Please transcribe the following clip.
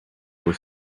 were